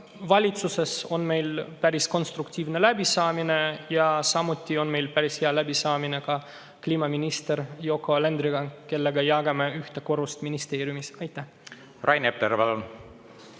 valitsuses päris konstruktiivne läbisaamine, samuti on meil päris hea läbisaamine kliimaminister Yoko Alenderiga, kellega jagame ühte korrust ministeeriumis. Rain Epler,